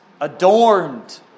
adorned